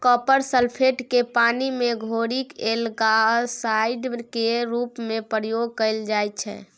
copper sulphate केँ पानि मे घोरि एल्गासाइड केर रुप मे प्रयोग कएल जाइत छै